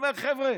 אומר: חבר'ה,